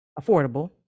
affordable